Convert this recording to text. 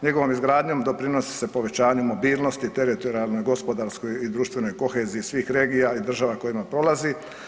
Njegovom izgradnjom doprinosi se povećanju mobilnosti, teritorijalnoj, gospodarskoj i društvenoj koheziji svih regija i država kojima prolazi.